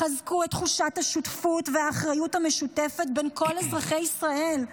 חזקו את תחושת השותפות והאחריות המשותפת של כל אזרחי ישראל.